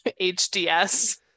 HDS